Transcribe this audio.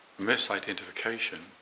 misidentification